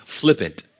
flippant